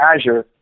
Azure